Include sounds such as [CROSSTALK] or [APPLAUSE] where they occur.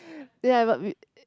[BREATH] ya but we uh